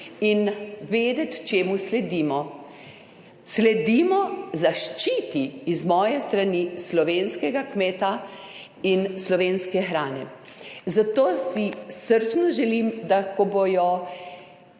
in vedeti čemu sledimo. Sledimo zaščiti iz moje strani slovenskega kmeta in slovenske hrane. Zato si srčno želim, da ko bodo